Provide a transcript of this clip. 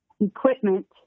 equipment